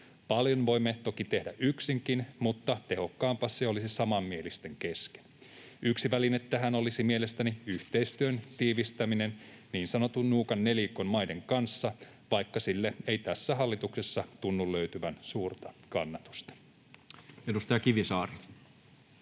Paljon voimme toki tehdä yksinkin, mutta tehokkaampaa se olisi samanmielisten kesken. Yksi väline tähän olisi mielestäni yhteistyön tiivistäminen niin sanotun nuukan nelikon maiden kanssa, vaikka sille ei tässä hallituksessa tunnu löytyvän suurta kannatusta. [Speech 192]